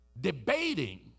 debating